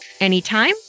anytime